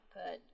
output